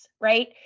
right